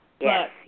Yes